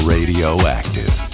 Radioactive